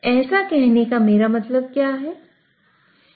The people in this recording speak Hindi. ऐसा कहने का मेरा मतलब क्या है